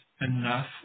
enough